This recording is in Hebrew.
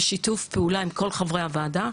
בשיתוף פעולה עם כל חברי הוועדה.